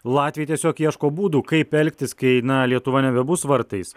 latviai tiesiog ieško būdų kaip elgtis kai na lietuva nebebus vartais